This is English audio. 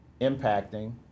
impacting